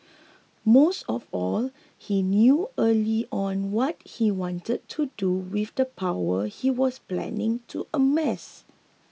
most of all he knew early on what he wanted to do with the power he was planning to amass